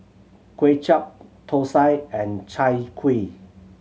Kway Chap thosai and Chai Kuih